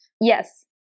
Yes